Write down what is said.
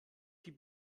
die